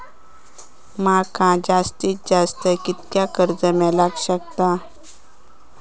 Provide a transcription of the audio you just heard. माका जास्तीत जास्त कितक्या कर्ज मेलाक शकता?